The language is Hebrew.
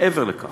מעבר לכך,